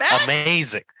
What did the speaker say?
amazing